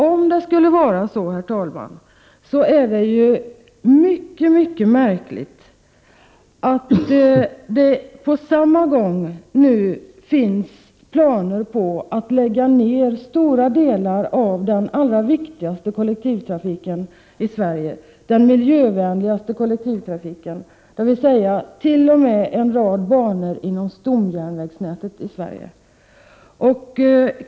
Om sådana här resonemang skulle ha förekommit, herr talman, är det mycket märkligt att det på samma gång finns planer på att lägga ned stora delar av den allra viktigaste kollektivtrafiken i Sverige, den miljövänligaste kollektivtrafiken, dvs. t.o.m. en rad banor inom stomjärnvägsnätet.